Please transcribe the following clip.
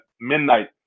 midnight